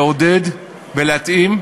לעודד ולהתאים,